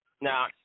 Now